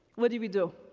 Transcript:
what do we do?